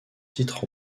titres